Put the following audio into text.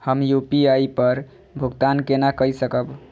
हम यू.पी.आई पर भुगतान केना कई सकब?